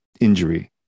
injury